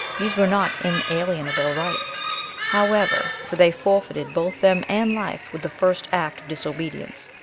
these were not inalienable rights however, for they forfeited both them and life with the first act of disobedience.